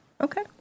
Okay